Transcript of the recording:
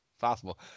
Possible